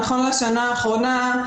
נכון לשנה האחרונה,